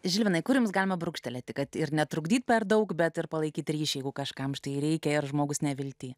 žilvinai kur jums galima brūkštelėti kad ir netrukdyti per daug bet ir palaikyti ryšį jeigu kažkam tai reikia jog žmogus neviltyje